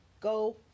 go